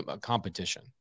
competition